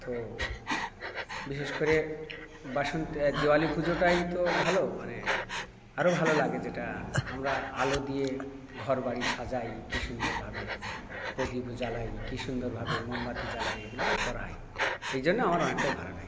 তো বিশেষ করে বাসন্তী দিওয়ালি পুজোটাই তো ভালো মানে আরও ভালো লাগে যেটা আমরা আলো দিয়ে ঘর বাড়ি সাজাই কি সুন্দরভাবে প্রদীপ জ্বালাই কি সুন্দরভাবে মোমবাতি জ্বালাই এগুলোকে করা হয় এই জন্য আমার অনেকটাই ভালো লাগে